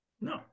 No